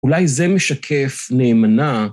אולי זה משקף נאמנה.